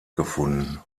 gefunden